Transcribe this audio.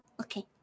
Okay